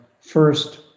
first